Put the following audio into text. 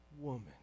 woman